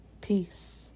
Peace